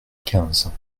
quinze